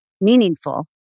meaningful